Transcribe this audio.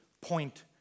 point